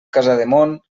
casademont